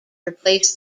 replace